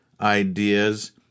ideas